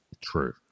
true